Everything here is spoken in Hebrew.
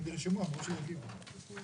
הם נרשמו, אמרו שיגיעו.